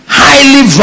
highly